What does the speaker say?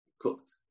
cooked